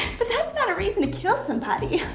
but that's not a reason to kill somebody.